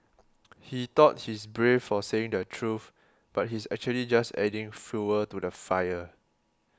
he thought he's brave for saying the truth but he's actually just adding fuel to the fire